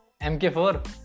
MK4